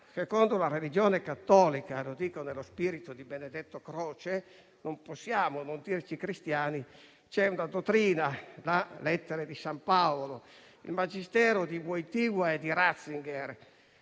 Secondo la religione cattolica - nello spirito di Benedetto Croce, non possiamo non dirci cristiani - c'è una dottrina tratta dalle Lettere di san Paolo, o il Magistero di Wojtyla e Ratzinger